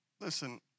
listen